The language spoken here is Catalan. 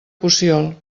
cossiol